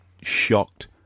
shocked